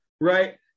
right